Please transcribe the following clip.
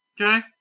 okay